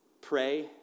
pray